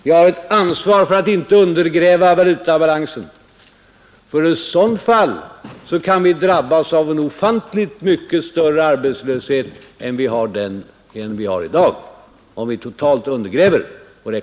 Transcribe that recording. Vi har ett ansvar för att inte undergräva valutabalansen — om vi totalt undergräver vår ekonomi kan vi drabbas av en ofantligt större arbetslöshet än den vi har i dag.